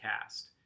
cast